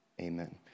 amen